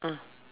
ah